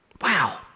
Wow